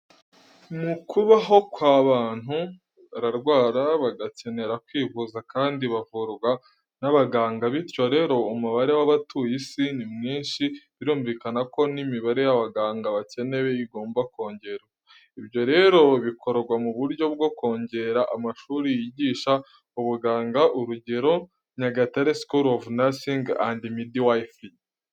Mu kubaho kw’abantu bararwara bagakenera kwivuza, kandi bavurwa n’abaganga bityo rero umubare wabatuye isi ni mwinshi birumvikana ko n’imibare y’abaganga bakenewe igomba kongerwa. Ibyo rero bikorwa mu buryo bwo kongera amashuri yigisha ubuganga urugero, Nyagatare School of Nursing and Midwifery.